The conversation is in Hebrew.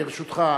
ברשותך,